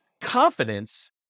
confidence